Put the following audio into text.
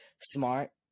smart